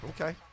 okay